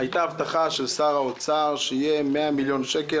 הייתה הבטחה של שר האוצר שיהיה 100 מיליון שקל,